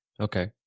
Okay